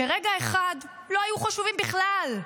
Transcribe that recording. שרגע אחד לא היו חשובים בכלל,